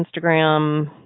Instagram